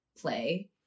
play